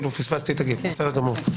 פספסתי את הגיל, בסדר גמור.